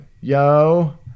yo